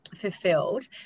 fulfilled